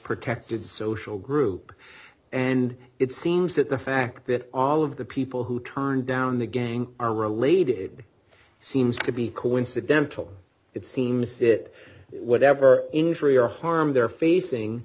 protected social group and it seems that the fact that all of the people who turn down the gang are related seems to be coincidental it seems it whatever injury or harm they're facing